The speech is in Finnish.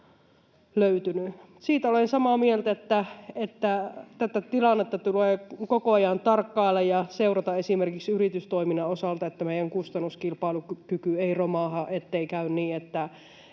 Siitä olen samaa mieltä, että tätä tilannetta tulee koko ajan tarkkailla ja seurata esimerkiksi yritystoiminnan osalta, että meidän kustannuskilpailukykymme ei romahda, ettei käy niin, että